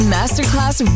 Masterclass